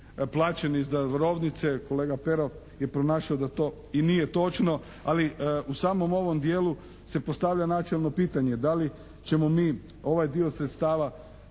plaćeni iz darovnice. Kolega Pero je pronašao da to i nije točno, ali u samom ovom dijelu se postavlja načelno pitanje da li ćemo mi ovaj dio sredstava